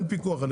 אין פיקוח על